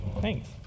Thanks